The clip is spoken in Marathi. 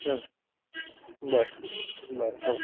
हं बर बर हो